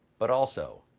but also,